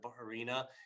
arena